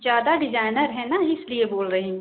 ज़्यादा डिजाइनर है न इसलिए बोल रही हूँ